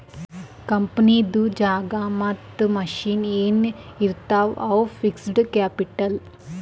ಕಂಪನಿದು ಜಾಗಾ ಮತ್ತ ಮಷಿನ್ ಎನ್ ಇರ್ತಾವ್ ಅವು ಫಿಕ್ಸಡ್ ಕ್ಯಾಪಿಟಲ್